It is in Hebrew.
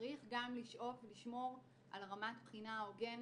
צריך גם לשאוף לשמור על רמת בחינה הוגנת,